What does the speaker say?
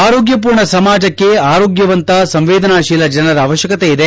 ಆರೋಗ್ಯ ಪೂರ್ಣ ಸಮಾಜಕ್ಕೆ ಆರೋಗ್ಯವಂತ ಸಂವೇದನಾಶೀಲ ಜನರ ಅವಶ್ಯಕತೆಯಿದೆ